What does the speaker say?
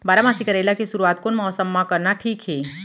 बारामासी करेला के शुरुवात कोन मौसम मा करना ठीक हे?